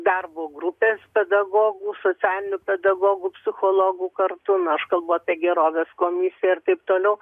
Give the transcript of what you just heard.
darbo grupės pedagogų socialinių pedagogų psichologų nu aš kalbu apie gerovės komisija ir taip toliau